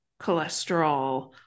cholesterol